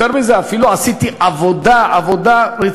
יותר מזה, אפילו עשיתי עבודה רצינית,